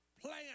playing